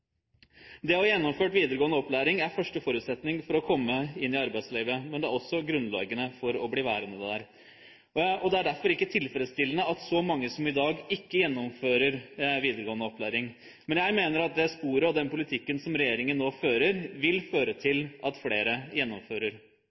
Det å få gjennomført videregående opplæring er første forutsetning for å komme inn i arbeidslivet, men det er også grunnlaget for å bli værende der. Det er derfor ikke tilfredsstillende at så mange som det vi ser i dag, ikke gjennomfører videregående opplæring. Jeg mener at det sporet og den politikken som regjeringen nå fører, vil føre til at flere gjennomfører.